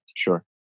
Sure